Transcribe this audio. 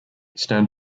stand